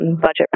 budget